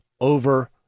over